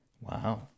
Wow